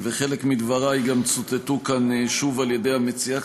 וחלק מדבריי גם צוטטו כאן שוב על ידי המציעה,